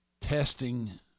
testing